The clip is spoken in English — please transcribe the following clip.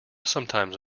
sometimes